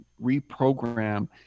reprogram